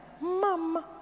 Mom